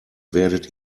werdet